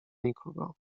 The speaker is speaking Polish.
nikogo